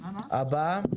הבא.